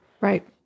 Right